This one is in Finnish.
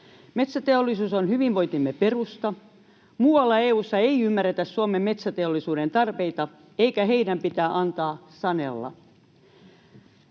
Metsäteollisuus on hyvinvointimme perusta. Muualla EU:ssa ei ymmärretä Suomen metsäteollisuuden tarpeita, eikä heidän pidä antaa sanella.